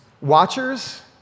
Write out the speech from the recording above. Watchers